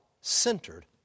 centered